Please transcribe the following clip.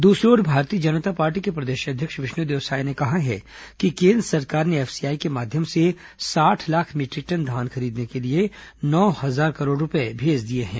दूसरी ओर भारतीय जनता पार्टी के प्रदेश अध्यक्ष विष्णुदेव साय ने कहा है कि केन्द्र सरकार ने एफसीआई के माध्यम से साठ लाख मीटरिक टन धान खरीदने के लिए नौ हजार करोड़ रूपये भेज दिए हैं